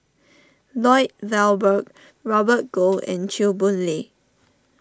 Lloyd Valberg Robert Goh and Chew Boon Lay